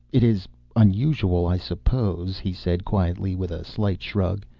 it is unusual, i suppose, he said quietly, with a slight shrug,